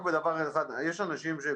יש אנשים,